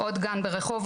עוד גן ברחובות,